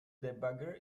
debugger